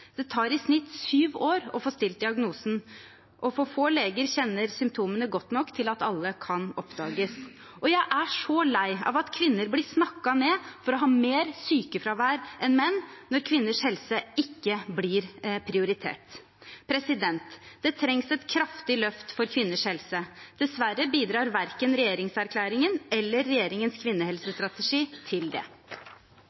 Det tar i snitt sju år å få stilt diagnosen, og for få leger kjenner symptomene godt nok til at alle kan oppdages. Jeg er så lei av at kvinner blir snakket ned for å ha mer sykefravær enn menn når kvinners helse ikke blir prioritert. Det trengs et kraftig løft for kvinners helse. Dessverre bidrar verken regjeringserklæringen eller regjeringens